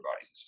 bodies